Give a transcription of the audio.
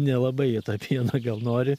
nelabai jie tą pieną gal nori